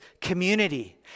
community